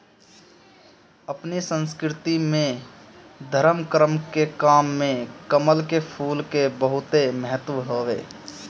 अपनी संस्कृति में धरम करम के काम में कमल के फूल के बहुते महत्व हवे